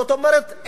זאת אומרת,